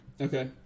okay